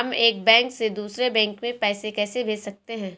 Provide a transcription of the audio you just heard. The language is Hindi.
हम एक बैंक से दूसरे बैंक में पैसे कैसे भेज सकते हैं?